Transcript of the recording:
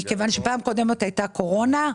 מכיוון שפעם קודמת הייתה קורונה,